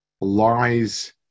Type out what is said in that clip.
lies